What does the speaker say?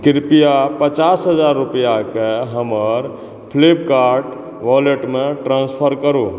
कृपया पचास हजार रुपैआके हमर फ्लिपकार्ट वॉलेटमे ट्रान्सफर करू